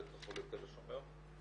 בית החולים תל השומר.